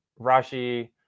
Rashi